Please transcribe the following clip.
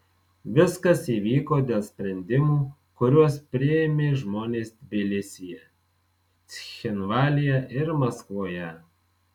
viskas įvyko dėl sprendimų kuriuos priėmė žmonės tbilisyje cchinvalyje ir maskvoje